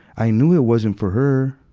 i knew it wasn't for her,